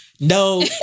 No